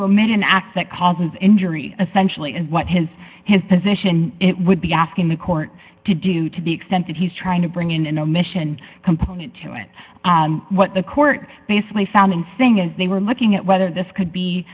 act that causes injury essentially is what his his position it would be asking the court to do to the extent that he's trying to bring in an omission component to it what the court basically found in thing is they were looking at whether this could be